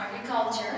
agriculture